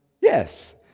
Yes